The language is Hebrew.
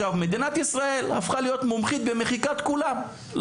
מדינת ישראל הפכה להיות מומחית במחיקת כולם,